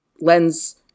lens